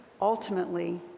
ultimately